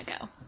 go